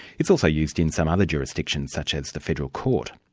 it's also used in some other jurisdictions, such as the federal court.